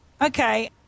Okay